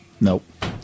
Nope